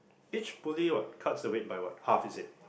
each pulley what cuts the weight by what half is it